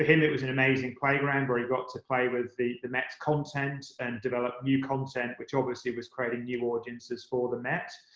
and it was an amazing playground where he got to play with the the met's content and develop new content, which obviously was creating new audiences for the met.